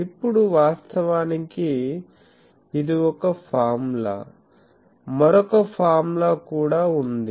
ఇప్పుడు వాస్తవానికి ఇది ఒక ఫార్ములా మరొక ఫార్ములా కూడా ఉంది